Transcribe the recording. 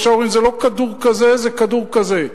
עכשיו אומרים: זה לא כדור כזה, זה כדור כזה.